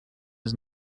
his